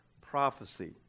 prophecy